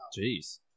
Jeez